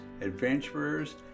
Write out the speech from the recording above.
adventurers